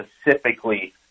specifically